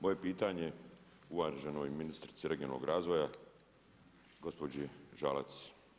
Moje pitanje je uvaženoj ministrici regionalnog razvoja gospođi Žalac.